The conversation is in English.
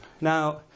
Now